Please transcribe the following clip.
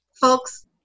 folks